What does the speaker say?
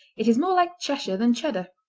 it is more like cheshire than cheddar.